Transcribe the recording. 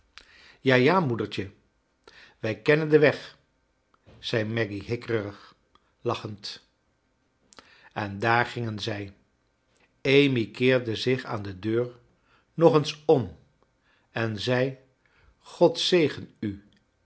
ja ja moedertje wij kennen den weg zei maggy hikkerig lachend en daar gingen zrj amy keerde zich aan de deur nog eens om en zei g-od zegen'ul